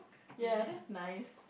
ya that's nice